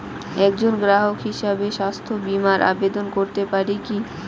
একজন গ্রাহক হিসাবে স্বাস্থ্য বিমার আবেদন করতে পারি কি?